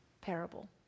parable